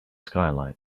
skylight